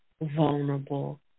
vulnerable